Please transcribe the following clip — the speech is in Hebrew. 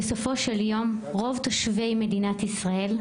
בסופו של יום, רוב תושבי מדינת ישראל,